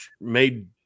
made